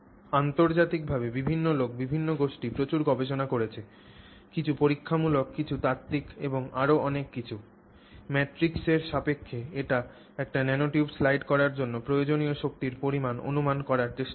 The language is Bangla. আন্তর্জাতিকভাবে বিভিন্ন লোক বিভিন্ন গোষ্ঠী প্রচুর গবেষণা করেছে কিছু পরীক্ষামূলক কিছু তাত্ত্বিক এবং আরও অনেক কিছু ম্যাট্রিক্সের সাপেক্ষে একটি ন্যানোটিউব স্লাইড করার জন্য প্রয়োজনীয় শক্তির পরিমাণ অনুমান করার চেষ্টা করেছে